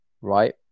right